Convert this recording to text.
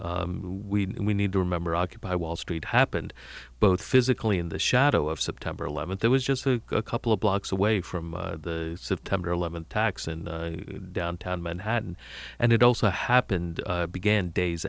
protest we need to remember occupy wall street happened both physically in the shadow of september eleventh there was just a couple of blocks away from the september eleventh attacks in downtown manhattan and it also happened began days